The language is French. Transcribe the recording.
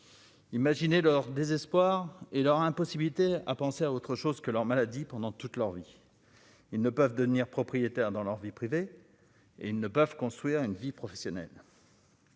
Imaginez leur désespoir et leur impossibilité à penser à autre chose que leur maladie pendant toute leur vie, ils ne peuvent devenir propriétaires dans leur vie privée, et ils ne peuvent construire une vie professionnelle.